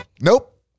nope